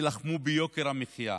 שתילחמו ביוקר המחיה,